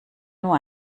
nur